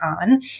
on